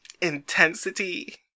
intensity